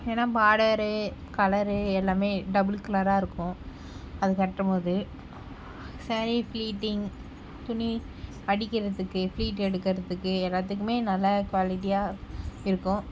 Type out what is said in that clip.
ஏன்னா border colour எல்லாமே double கலராக இருக்கும் அது கட்டும் போது சாரீ ஃப்லீட்டிங் துணி மடிக்கிறத்துக்கு ஃப்லீட் எடுக்கிறத்துக்கு எல்லாத்துக்குமே நல்லா குவாலிட்டியாக இருக்கும்